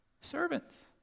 Servants